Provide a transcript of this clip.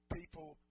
people